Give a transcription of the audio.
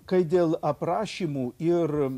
kai dėl aprašymų ir